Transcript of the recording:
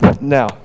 Now